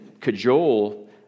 cajole